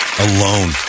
Alone